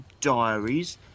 diaries